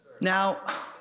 Now